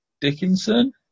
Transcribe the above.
Dickinson